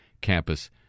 campus